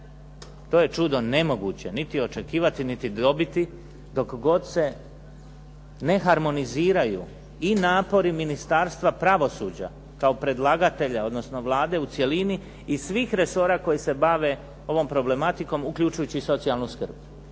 To je čudo nemoguće niti očekivati niti dobiti, dok god se ne harmoniziraju i napori Ministarstva pravosuđa, kao predlagatelja, odnosno vlade u cjelini i svih resora koji se bave ovom problematikom uključujući socijalnu skrb.